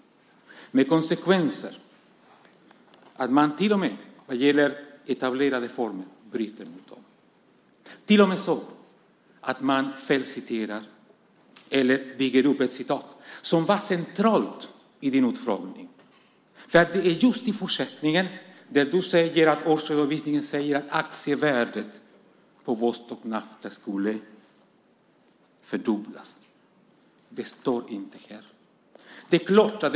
Detta har konsekvensen att man bryter mot etablerade former, till och med så att man felciterar eller bygger utfrågningen på ett citat. Det var centralt i din utfrågning, för du sade att det i årsredovisningen stod att aktievärdet på Vostok Nafta skulle fördubblas. Men det står inte här i årsredovisningen.